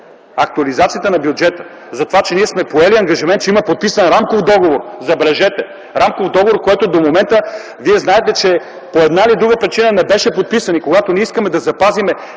актуализацията на бюджета за това, че сме поели ангажимент, че има подписан Рамков договор, забележете, Рамков договор, който до момента вие знаете, че по една или друга причина не беше подписан, и когато ние искаме да запазим